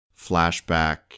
flashback